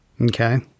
Okay